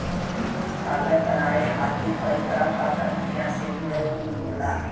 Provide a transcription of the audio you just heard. कागज बनाये खातिर कई तरह क परकिया से गुजरे के होला